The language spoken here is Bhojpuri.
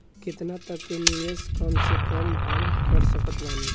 केतना तक के निवेश कम से कम मे हम कर सकत बानी?